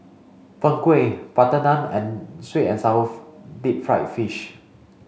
Png Kueh butter Naan and sweet and sour deep fried fish